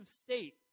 state